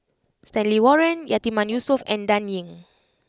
Stanley Warren Yatiman Yusof and Dan Ying